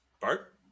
Bart